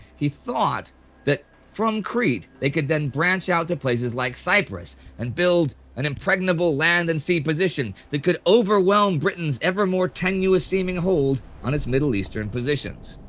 he thought that from crete they could then branch out to places like cyprus and build an impregnable land and sea position that could overwhelm britain's ever more tenuous-seeming hold on its middle east and positions.